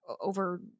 over